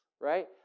right